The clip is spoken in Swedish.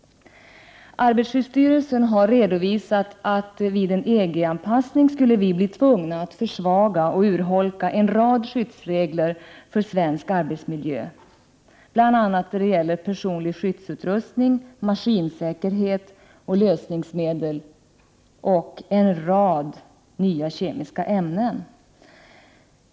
Arbetarskyddsstyrelsen har redovisat att vi vid en EG-anpassning skulle bli tvungna att försvaga eller urholka en rad skyddsregler för svensk arbetsmiljö, bl.a. vad gäller personlig skyddsutrustning, maskinsäkerhet och lösningsmedel samt en rad nya kemiska ämnen.